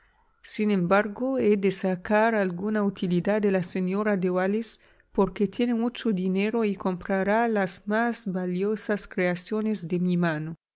sin embargo he de sacar alguna utilidad de la señora de wallis porque tiene mucho dinero y comprará las más valiosas creaciones de mi mano